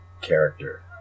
character